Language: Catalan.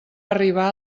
arribar